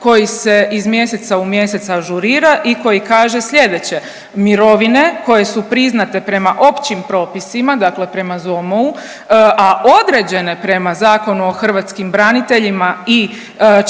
koji se iz mjeseca u mjesec ažurira i koji kaže sljedeće, mirovine koje su priznate prema općim propisima, dakle prema ZOMO-u, a određene prema Zakonu o hrvatskim braniteljima i